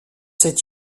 cette